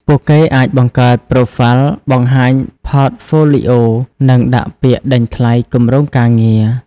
ពួកគេអាចបង្កើត Profile បង្ហាញ Portfolio និងដាក់ពាក្យដេញថ្លៃគម្រោងការងារ។